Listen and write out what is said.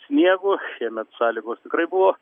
sniegu šiemet sąlygos tikrai buvo